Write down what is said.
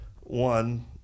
One